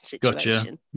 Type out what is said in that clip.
Gotcha